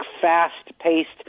fast-paced